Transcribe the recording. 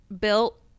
built